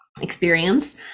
experience